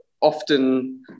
often